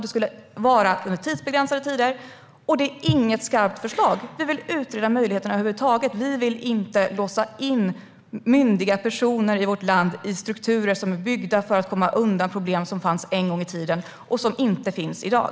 Det skulle vara under tidsbegränsade tider, och det är inget skarpt förslag. Vi vill utreda möjligheterna över huvud taget. Vi vill inte låsa in myndiga personer i vårt land i strukturer som är byggda för att komma undan problem som fanns en gång i tiden och som inte finns i dag.